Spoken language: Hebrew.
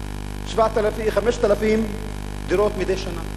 של 5,000 דירות מדי שנה.